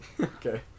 Okay